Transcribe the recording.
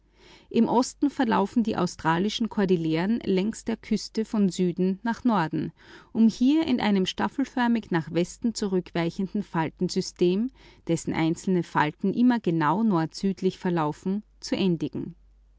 im osten australiens verlaufen die wesentlich im karbon gefalteten australischen kordilleren längs der küste von süden nach norden um hier in einem staffelförmig nach westen zurückweichenden faltensystem dessen einzelne falten immer genau nordsüdlich verlaufen zu endigen